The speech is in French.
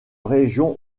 région